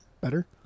better